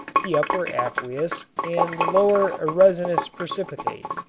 the upper aqueous and the lower a resinous precipitate.